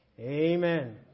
amen